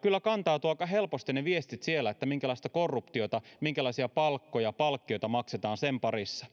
kyllä kantautuvat aika helposti ne viestit sieltä minkälaista korruptiota minkälaisia palkkoja palkkioita maksetaan sen parissa